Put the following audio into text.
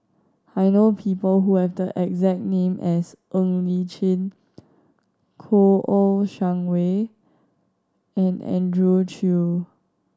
I know people who have the exact name as Ng Li Chin Kouo Shang Wei and Andrew Chew